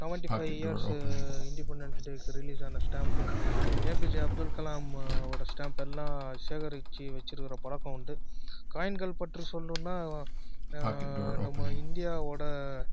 seventy five years independence டேக்கு ரிலீஸான stamp APJ Abdul Kalam ஓட ஸ்டாம்ப்பெல்லாம் சேகரித்து வச்சிருக்கிற பழக்கம் உண்டு காயின்கள் பற்றி சொல்லணுன்னா நம்ம இந்தியாவோடய